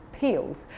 peels